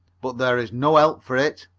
but there is no help for it.